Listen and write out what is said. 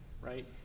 right